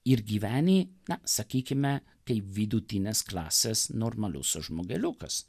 ir gyveni na sakykime kaip vidutinės klasės normalius žmogeliukas